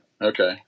Okay